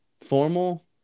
formal